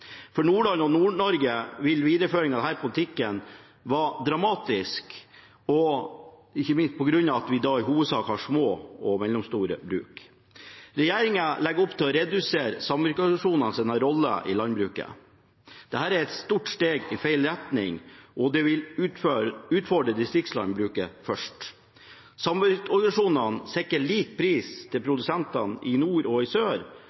For Nordland og Nord-Norge vil en videreføring av denne politikken være dramatisk, ikke minst på grunn av at vi i hovedsak har små og mellomstore bruk. Regjeringen legger opp til å redusere samvirkeorganisasjonenes rolle i landbruket. Dette er et stort steg i feil retning, og det vil utfordre distriktslandbruket først. Samvirkeorganisasjonene sikrer lik pris til produsenter i nord og sør og setter landbruket i